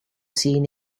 seen